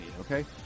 Okay